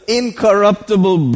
incorruptible